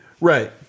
Right